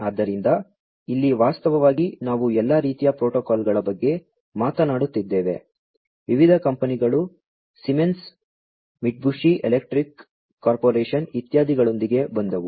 ಆದ್ದರಿಂದ ಇಲ್ಲಿ ವಾಸ್ತವವಾಗಿ ನಾವು ಎಲ್ಲಾ ರೀತಿಯ ಪ್ರೋಟೋಕಾಲ್ಗಳ ಬಗ್ಗೆ ಮಾತನಾಡುತ್ತಿದ್ದೇವೆ ವಿವಿಧ ಕಂಪನಿಗಳು ಸೀಮೆನ್ಸ್ ಮಿತ್ಸುಬಿಷಿ ಎಲೆಕ್ಟ್ರಿಕ್ ಕಾರ್ಪೊರೇಶನ್ ಇತ್ಯಾದಿಗಳೊಂದಿಗೆ ಬಂದವು